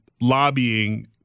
lobbying –